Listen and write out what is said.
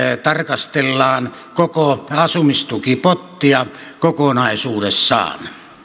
tarkastellaan koko asumistukipottia kokonaisuudessaan